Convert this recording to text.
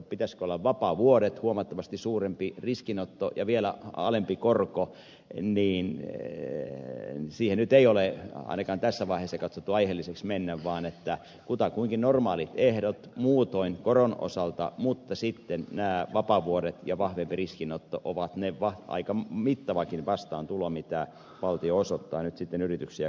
pitäisikö olla vapaavuodet huomattavasti suurempi riskinotto ja vielä alempi korko niin siihen nyt ei ole ainakaan tässä vaiheessa katsottu aiheelliseksi mennä vaan kutakuinkin normaalit ehdot muutoin koron osalta mutta sitten nämä vapaavuodet ja vahvempi riskinotto ovat se aika mittavakin vastaantulo mitä valtio osoittaa nyt sitten yrityksiä kohtaan tässä